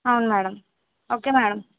అవును madam okay madam